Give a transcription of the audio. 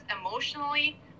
emotionally